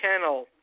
kennel